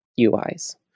UIs